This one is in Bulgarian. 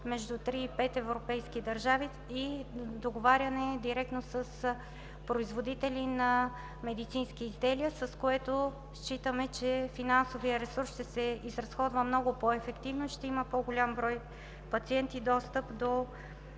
между три и пет европейски държави, и договаряне директно с производители на медицински изделия, с което считаме, че финансовият ресурс ще се изразходва много по-ефективно и по-голям брой пациенти ще имат достъп до